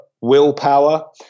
willpower